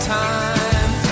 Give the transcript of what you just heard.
time